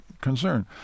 concern